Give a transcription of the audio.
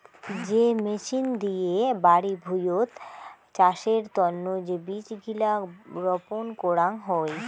যে মেচিন দিয়ে বাড়ি ভুঁইয়ত চাষের তন্ন যে বীজ গিলা রপন করাং হই